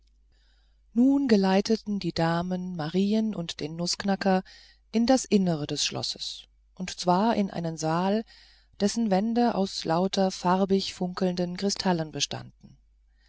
nun geleiteten die damen marien und den nußknacker in das innere des schlosses und zwar in einen saal dessen wände aus lauter farbig funkelnden kristallen bestanden